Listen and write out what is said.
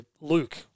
Luke